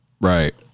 Right